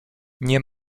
nie